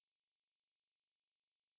cause you will get busy starting next month